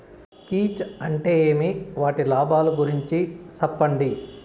కీచ్ అంటే ఏమి? వాటి లాభాలు గురించి సెప్పండి?